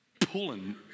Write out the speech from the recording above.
pulling